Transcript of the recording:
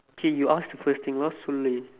K you ask the first thing lah சுள்ளி:sulli